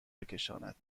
بکشاند